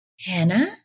Hannah